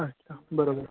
अच्छा बरोबर